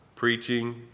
Preaching